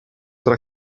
tra